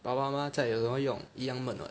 爸爸妈妈有什么用一样闷 [what]